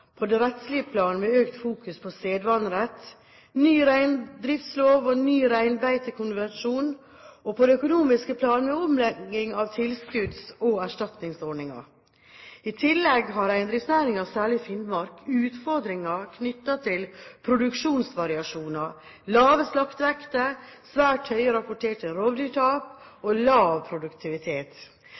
på det rettslige plan med økt fokus på sedvanerett, ny reindriftslov og ny reinbeitekonvensjon, og på det økonomiske plan med omlegging av tilskudds- og erstatningsordninger. I tillegg har reindriftsnæringen, særlig i Finnmark, utfordringer knyttet til produksjonsvariasjoner, lave slaktevekter, svært høye rapporterte rovdyrtap og lav produktivitet.